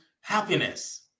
happiness